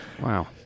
Wow